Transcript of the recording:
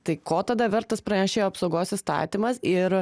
tai ko tada vertas pranešėjų apsaugos įstatymas ir